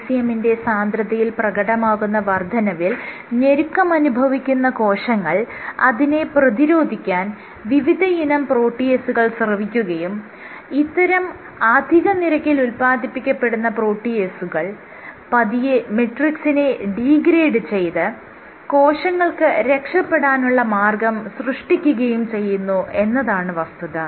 ECM ന്റെ സാന്ദ്രതയിൽ പ്രകടമാകുന്ന വർദ്ധനവിൽ ഞെരുക്കമനുഭവിക്കുന്ന കോശങ്ങൾ അതിനെ പ്രതിരോധിക്കുവാൻ വിവിധയിനം പ്രോട്ടിയേസുകൾ സ്രവിക്കുകയും ഇത്തരത്തിൽ അധിക നിരക്കിൽ ഉല്പാദിപ്പിക്കപ്പെടുന്ന പ്രോട്ടിയേസുകൾ പതിയെ മെട്രിക്സിനെ ഡീഗ്രേഡ് ചെയ്ത് കോശങ്ങൾക്ക് രക്ഷപ്പെടാനുള്ള മാർഗ്ഗം സൃഷ്ടിക്കുകയൂം ചെയ്യുന്നു എന്നതാണ് വസ്തുത